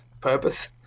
purpose